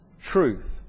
truth